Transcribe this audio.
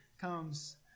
comes